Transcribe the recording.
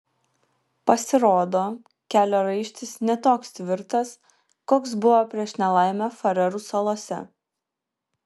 pasirodo kelio raištis ne toks tvirtas koks buvo prieš nelaimę farerų salose